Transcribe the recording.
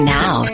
now